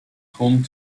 home